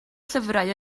llyfrau